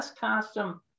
costume